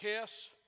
kiss